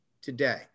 today